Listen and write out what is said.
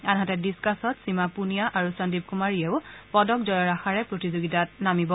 আনহাতে ডিচকাচত সীমা পুনীয়া আৰু চণ্ডিপ কুমাৰীয়েও পদক জয়ৰ আশাৰে প্ৰতিযোগিতাত নামিব